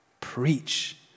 Preach